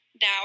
now